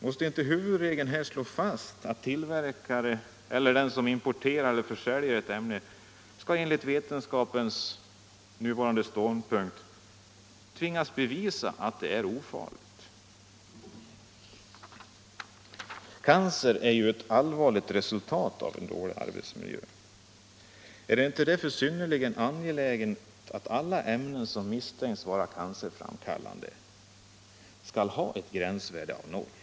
Måste inte huvudregeln här slås fast att en tillverkare eller en som importerar eller säljer ett ämne skall tvingas bevisa, enligt vetenskapens nuvarande ståndpunkt, att ämnet är ofarligt? Cancer är ju ett allvarligt resultat av en dålig arbetsmiljö. Är det därför inte synnerligen angeläget att alla ämnen som misstänks vara cancerframkallande skall ha ett gränsvärde av 0?